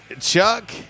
Chuck